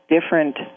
different